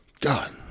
God